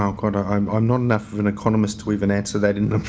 wow, quite a um i'm not enough of an economist to even answer that